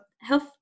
health